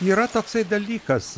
yra toksai dalykas